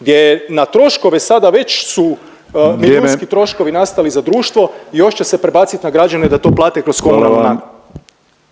gdje je na troškove sada već su milijunski troškovi nastali … …/Upadica Penava: Vrijeme!/… … za društvo i još će se prebaciti na građane da to plate kroz komunalnu